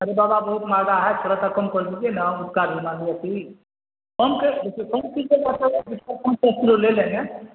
ارے بابا بہت مہنگا ہے تھورا سا کم کر دیجیے نا کم کے دیکھیے کم کیجیے گا تب ایک کیلو لے لیں گے